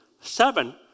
seven